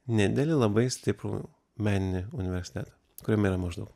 nedidelį labai stiprų meninį universitetą kuriame yra maždaug